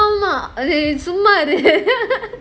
ஆமா அது சும்மா இரு:aamaa adhu summa iru